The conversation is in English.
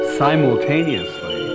simultaneously